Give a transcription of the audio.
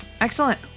Excellent